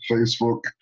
Facebook